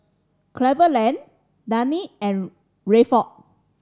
Cleveland Daneen and Rayford